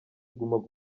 primus